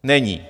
Není.